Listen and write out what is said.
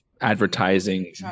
advertising